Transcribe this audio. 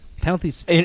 Penalties